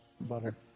butter